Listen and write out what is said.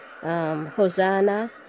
Hosanna